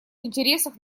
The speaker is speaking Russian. интересах